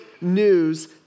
news